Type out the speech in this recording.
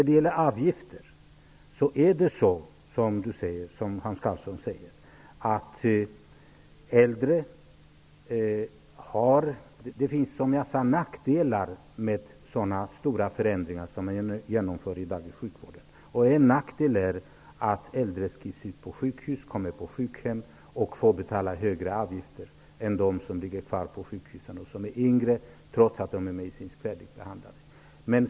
Det är som Hans Karlsson säger när det gäller avgifter. Det finns, som jag sade, nackdelar med så stora förändringar som nu genomförs i sjukvården. En nackdel är att äldre skrivs ut från sjukhus, kommer på sjukhem och får betala högre avgifter än dem som är yngre och ligger kvar på sjukhus, trots att de är medicinskt färdigbehandlade.